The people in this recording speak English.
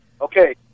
Okay